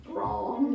Wrong